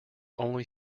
only